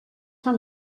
fan